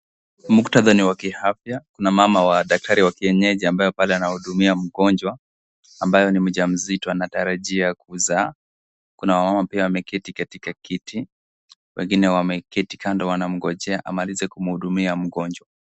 Muktadha ni wa ki afya na mama niwa kienyeji ambae pale anahudumia mgonjwa ambae ni mja mzito anaetarajia kuza. Kuna wamama pia wameketi katika kiti, wengine wameketi kando wanamgojea amalize kumhudumia mgonjwa.